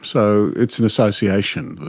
so it's an association.